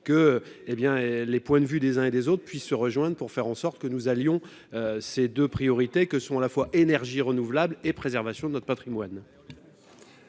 bien les points de vue des uns et des autres puissent se rejoindre pour faire en sorte que nous allions ses 2 priorités que sont à la fois, énergies renouvelables et préservation de notre Patrimoine.